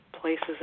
places